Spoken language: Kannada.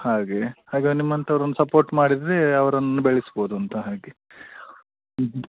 ಹಾಗೇ ಹಾಗೆ ನಿಮ್ಮಂಥವ್ರು ಒಂದು ಸಪೋರ್ಟ್ ಮಾಡಿದ್ರೆ ಅವ್ರನ್ನು ಬೆಳೆಸ್ಬೋದುಂತ ಹಾಗೆ ಹ್ಞೂ ಹ್ಞೂ